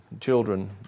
children